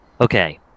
Okay